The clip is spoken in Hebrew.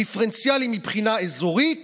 דיפרנציאלי מבחינה אזורית